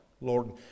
Lord